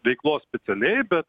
veiklos specialiai bet